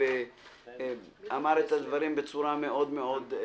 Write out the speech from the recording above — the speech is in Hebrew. הוא אמר את הדברים בצורה מאוד ברורה.